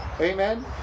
amen